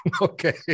Okay